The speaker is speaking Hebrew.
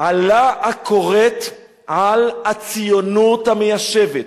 עלה הכורת על הציונות המיישבת,